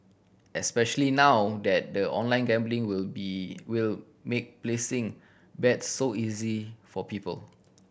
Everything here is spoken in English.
especially now that the online gambling will be will make placing bets so easy for people